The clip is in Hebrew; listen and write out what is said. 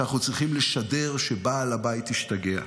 שאנחנו צריכים לשדר שבעל הבית השתגע.